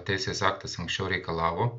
teisės aktas anksčiau reikalavo